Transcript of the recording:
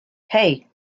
hey